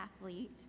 athlete